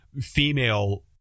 female